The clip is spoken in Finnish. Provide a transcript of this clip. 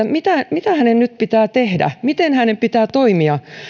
mitä mitä hänen nyt pitää tehdä ja miten hänen pitää toimia